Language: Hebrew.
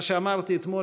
מה שאמרתי אתמול,